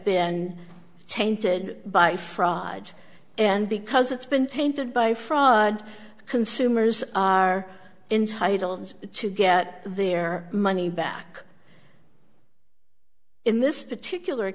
been tainted by fraud and because it's been tainted by fraud consumers are entitled to get their money back in this particular